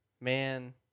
man